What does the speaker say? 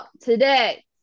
today